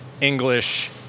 English